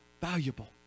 valuable